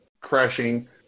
crashing